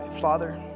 Father